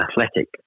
athletic